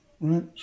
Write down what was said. right